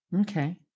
Okay